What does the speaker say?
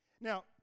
Now